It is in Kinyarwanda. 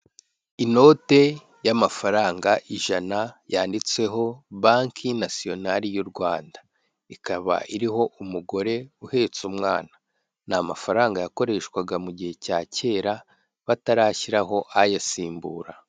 Inote y'amafaranga ijana yanditseho banki nasiyonari y'u Rwanda, ikaba iriho umugore uhetse umwana, ni amafaranga yakoreshwaga mu gihe cya kera batarashyiraho ayasimbura.